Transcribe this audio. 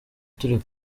turi